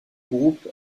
groupe